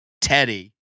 Teddy